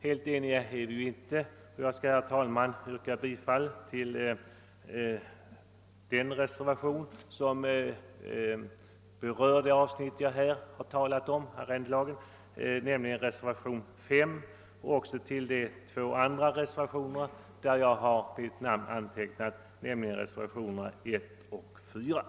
Helt eniga är vi ju inte, och jag vill, herr talman, nu yrka bifall till de till tredje lagutskottets utlåtande nr 80 fogade reservationerna I, IV och V samt i övrigt till utskottets förslag.